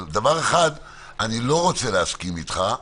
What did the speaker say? אבל על דבר אחד אני לא רוצה להסכים איתך,